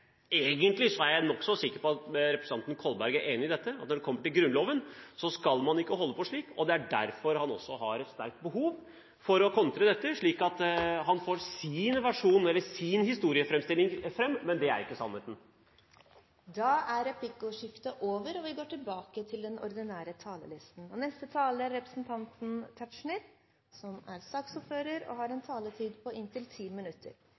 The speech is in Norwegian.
Egentlig er jeg nokså sikker på at representanten Kolberg er enig i dette – at når det kommer til Grunnloven, skal man ikke holde på slik – og det er derfor han også har et sterkt behov for å kontre dette, slik at han får sin versjon, eller sin historieframstilling, fram. Men det er ikke sannheten. Da er replikkordskiftet over. Av hensyn til dem som kanskje følger debatten utenfor salen, vil jeg introdusere mitt innlegg som et lite stilbrudd, for jeg får nå ordet til en